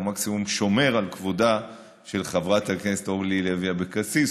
הוא מקסימום שומר על כבודה של חברת הכנסת אורלי לוי אבקסיס,